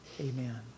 Amen